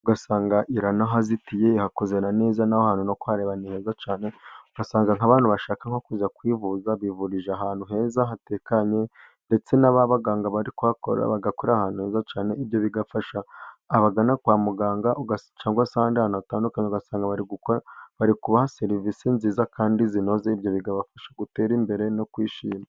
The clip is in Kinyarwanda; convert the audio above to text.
ugasanga iranahazitiye ihakoze neza n'aho hantu no kuhareba ni heza cyane, ugasanga nk'abantu bashaka nko kuza kwivuza bivurije ahantu heza hatekanye ndetse na ba baganga bari kuhakorera bagakorera ahantu heza cyane, ibyo bigafasha abagana kwa muganga cyangwa se ahandi hantu batandukanye, ugasanga bari kubaha serivisi nziza kandi zinoze, ibyo bigabafasha gutera imbere no kwishima.